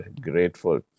grateful